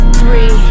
three